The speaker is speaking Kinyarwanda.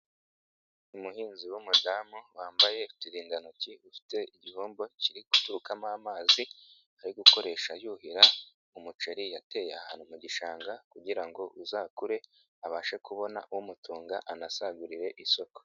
Umuhinzi w'umudamu wambaye uturindantoki ufite igihombo kiri guturukamo amazi, ari gukoresha yuhira umuceri yateye ahantu mu gishanga kugira ngo uzakure, abashe kubona umutunga anasagurire isoko.